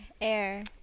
air